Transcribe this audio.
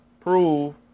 prove